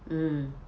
mm